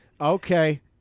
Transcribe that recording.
okay